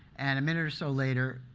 and a minute or so later,